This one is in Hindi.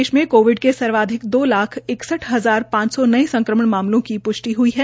देश मे कोविड के सर्वाधिक दो लाख इकसठ हजार पांच सौ नये संक्रमण मामलों की पुष्टि हुई है